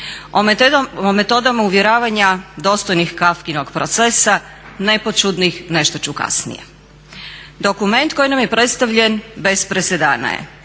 O metodama uvjeravanja dostojnih Kafkinog Procesa nepoćudnih nešto ću kasnije. Dokument koji nam je predstavljen bez presedana je